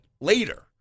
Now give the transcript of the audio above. later